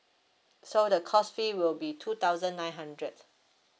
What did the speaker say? so the course fee will be two thousand nine hundred